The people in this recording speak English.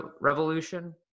Revolution